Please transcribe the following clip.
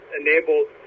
enabled